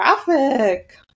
graphic